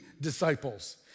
disciples